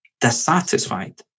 Dissatisfied